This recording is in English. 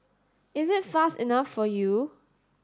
is it fast enough for you